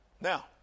Now